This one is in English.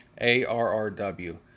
A-R-R-W